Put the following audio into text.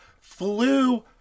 flew